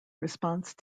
response